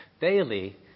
daily